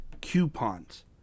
coupons